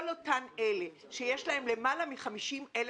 כל אותן אלה שיש להן למעלה מ-50,000